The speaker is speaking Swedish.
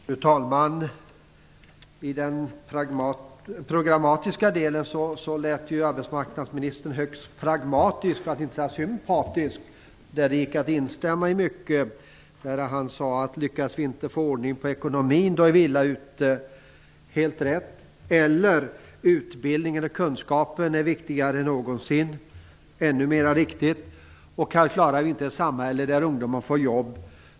Fru talman! I den programmatiska delen lät arbetsmarknadsministern högst pragmatisk, för att inte säga sympatisk. Det gick att instämma i mycket. Han sade att vi är illa ute om vi inte får ordning på ekonomin. Det är helt rätt. Han sade också att kunskaper är viktigare än någonsin, och det är ännu mera riktigt. Han menade vidare att vi har misslyckats om vi inte klarar ett samhälle där ungdomar får jobb.